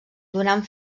donant